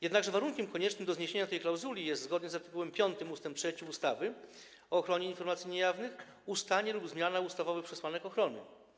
Jednakże warunkiem koniecznym do zniesienia tej klauzuli jest zgodnie z art. 5 ust. 3 ustawy o ochronie informacji niejawnych ustanie lub zmiana ustawowych przesłanek ochrony.